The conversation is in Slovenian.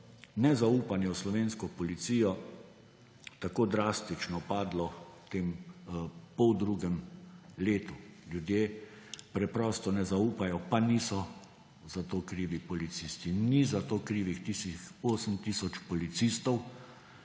nezaupanje v slovensko policijo tako drastično padlo v tem pol drugem letu. Ljudje preprosto ne zaupajo, pa niso za to krivi policisti, ni za to krivih tistih 8 tisoč policistov.